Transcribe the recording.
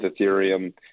Ethereum